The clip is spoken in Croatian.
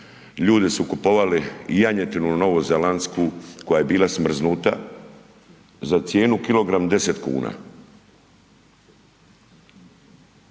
ljudi su kupovali janjetinu novozelandsku koja je bila smrznuta za cijenu kilogram 10 kuna.